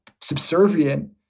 subservient